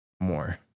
more